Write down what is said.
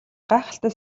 гайхалтай